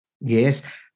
Yes